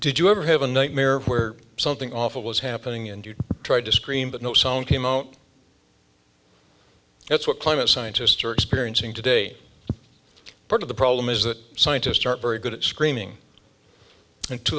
did you ever have a nightmare where something awful was happening and you tried to scream but no sound came out that's what climate scientists are experiencing today part of the problem is that scientists are very good at screaming and t